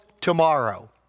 tomorrow